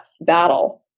battle